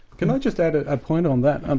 can i just add a point on that?